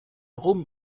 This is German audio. rum